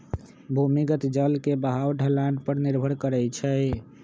भूमिगत जल के बहाव ढलान पर निर्भर करई छई